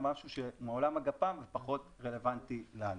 זה משהו מעולם הגפ"ם ופחות רלוונטי לנו.